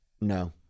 No